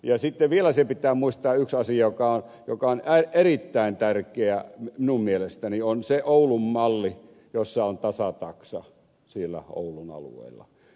ja sitten vielä pitää muistaa yksi asia joka on erittäin tärkeä minun mielestäni nimittäin oulun malli jossa on tasataksa siellä oulun alueella